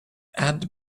add